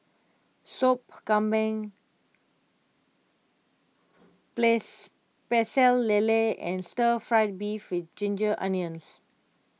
Sop Kambing place Pecel Lele and Stir Fried Beef with Ginger Onions